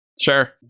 Sure